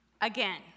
Again